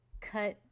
cut